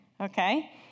okay